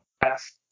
best